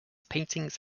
paintings